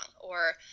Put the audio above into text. or-